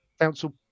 council